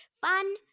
Fun